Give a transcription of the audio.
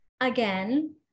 Again